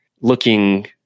looking